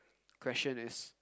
question is